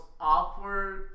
awkward